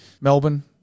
Melbourne